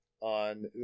on